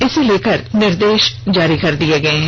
इसे लेकर निर्देश जारी कर दिया है